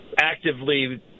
actively